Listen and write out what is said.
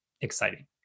exciting